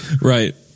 Right